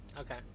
Okay